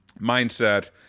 mindset